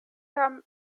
haben